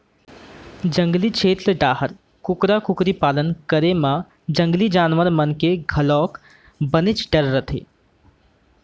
जंगली छेत्र डाहर कुकरा कुकरी पालन करे म जंगली जानवर मन के घलोक बनेच डर रथे